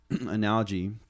analogy